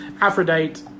aphrodite